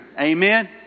Amen